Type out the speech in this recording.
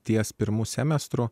ties pirmu semestro